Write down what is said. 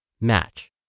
match